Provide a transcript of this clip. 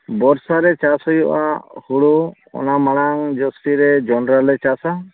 ᱵᱚᱨᱥᱟ ᱨᱮ ᱪᱟᱥ ᱦᱩᱭᱩᱜᱼᱟ ᱦᱩᱲᱩ ᱚᱱᱟ ᱢᱟᱲᱟᱝ ᱡᱚᱥᱴᱤ ᱨᱮ ᱡᱚᱸᱰᱨᱟᱞᱮ ᱪᱟᱥᱟ